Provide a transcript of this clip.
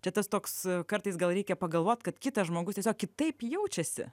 čia tas toks kartais gal reikia pagalvot kad kitas žmogus tiesiog kitaip jaučiasi